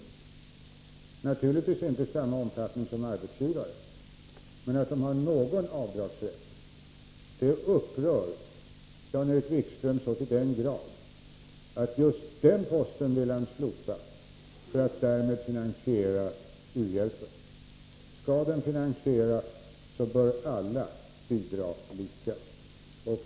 Att man har rätt till vissa avdrag — naturligtvis inte i samma omfattning som arbetsgivare — upprör Jan-Erik Wikström så till den grad att han vill slopa just den posten för att därmed finansiera u-hjälpen. I finansieringen bör alla bidra lika.